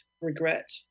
regret